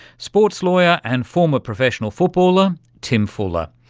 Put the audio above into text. sports lawyer and former professional footballer tim fuller.